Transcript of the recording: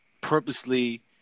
purposely